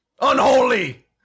Unholy